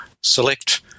select